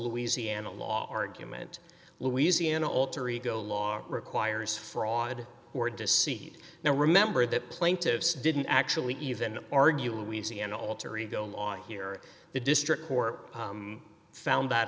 louisiana law argument louisiana alter ego law requires fraud or deceit now remember that plaintiffs didn't actually even argue we see and alter ego law here the district court found